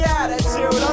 attitude